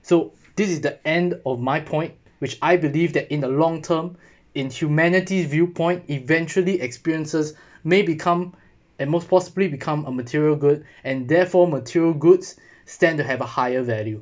so this is the end of my point which I believe that in the long term in humanities viewpoint eventually experiences may become and most possibly become a material good and therefore material goods stand to have a higher value